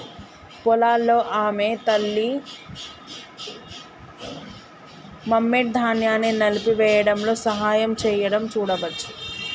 పొలాల్లో ఆమె తల్లి, మెమ్నెట్, ధాన్యాన్ని నలిపివేయడంలో సహాయం చేయడం చూడవచ్చు